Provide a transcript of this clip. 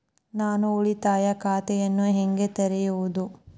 ನಾನು ಉಳಿತಾಯ ಖಾತೆಯನ್ನು ಹೇಗೆ ತೆರೆಯುವುದು?